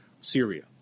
Syria